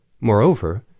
Moreover